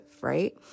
right